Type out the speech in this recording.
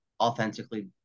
authentically